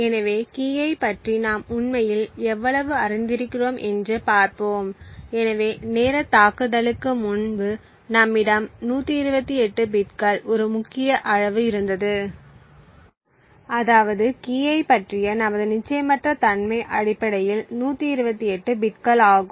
எனவே கீயைப் பற்றி நாம் உண்மையில் எவ்வளவு அறிந்திருக்கிறோம் என்று பார்ப்போம் எனவே நேரத் தாக்குதலுக்கு முன்பு நம்மிடம் 128 பிட்கள் ஒரு முக்கிய அளவு இருந்தது அதாவது கீயைப் பற்றிய நமது நிச்சயமற்ற தன்மை அடிப்படையில் 128 பிட்கள் ஆகும்